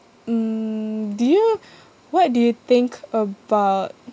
mm do you what do you think about